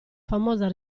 famosa